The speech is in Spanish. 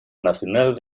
nacional